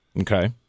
okay